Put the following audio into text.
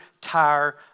tire